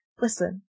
Listen